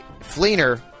Fleener